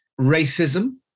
racism